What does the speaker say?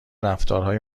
رفتارهای